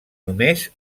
només